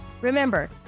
Remember